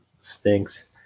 stinks